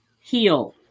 heal